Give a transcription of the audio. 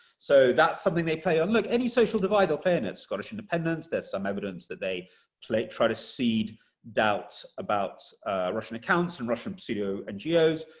so that's something they play. and look, any social divide, they'll play in it. scottish independence, there's some evidence that they try to seed doubts about russian accounts and russian pseudo-ngos,